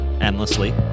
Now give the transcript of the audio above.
endlessly